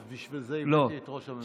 אז בשביל זה הבאתי את ראש הממשלה.